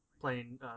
playing